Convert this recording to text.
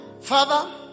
father